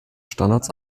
standards